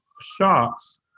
shops